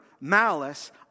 malice